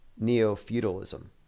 neo-feudalism